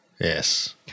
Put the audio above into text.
Yes